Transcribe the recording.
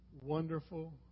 wonderful